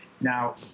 Now